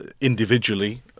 Individually